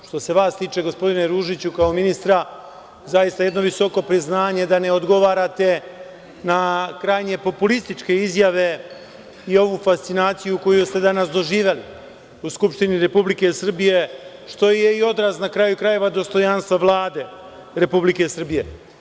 Što se vas tiče, gospodine Ružiću, kao ministra, zaista jedno visoko priznanje da ne odgovarate na krajnje populističke izjave i ovu fascinaciju koju ste danas doživeli u Skupštini Republike Srbije, što je i odraz, na kraju krajeva, dostojanstva Vlade Republike Srbije.